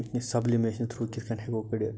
sublimation through کِتھ کٔنۍ ہٮ۪کو کٔڑتھ